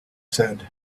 said